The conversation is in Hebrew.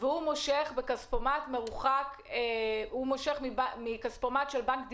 והוא מושך מכספומט מרוחק של בנק דיסקונט,